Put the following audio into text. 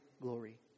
glory